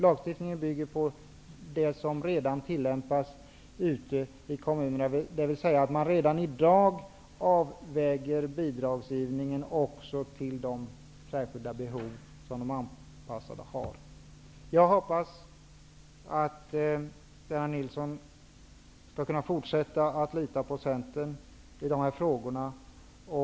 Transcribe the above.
Lagstiftningen bygger på den ordning som tillämpas i kommunerna, dvs. att man redan i dag avväger bidragsgivningen mot de funktionshindrades särskilda behov. Jag hoppas att Lennart Nilsson skall kunna fortsätta att lita på centern i de här frågorna.